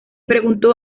preguntó